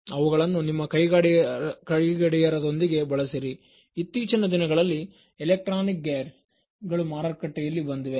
ಅವುಗಳನ್ನು ನಿಮ್ಮ ಕೈಗಡಿಯಾರ ದೊಂದಿಗೆ ಬಳಸಿರಿ ಇತ್ತೀಚಿನ ದಿನಗಳಲ್ಲಿ ಎಲೆಕ್ಟ್ರಾನಿಕ್ ಗೇರ್ ಗಳು ಮಾರುಕಟ್ಟೆಯಲ್ಲಿ ಬಂದಿವೆ